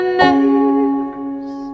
names